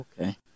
okay